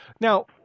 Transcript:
Now